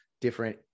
different